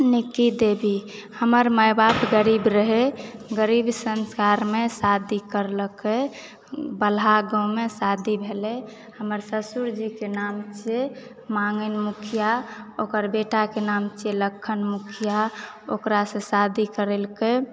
निक्की देवी हमर माय बाप गरीब रहै गरीब संस्कारमे शादी करलकय बलहा गाँवमे शादी भेलय हमर ससुर जीके नाम छियै माँगैन मुखिआ ओकर बेटाके नाम छियै लखन मुखिआ ओकरासँ शादी करेलकय